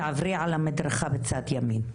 תעברי על המדרכה בצד ימין.